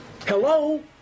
Hello